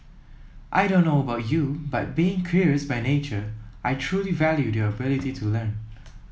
I don't know about you but being curious by nature I truly value the ability to learn